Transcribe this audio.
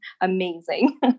amazing